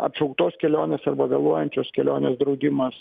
atšauktos kelionės arba vėluojančios kelionės draudimas